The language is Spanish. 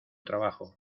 trabajo